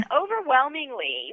overwhelmingly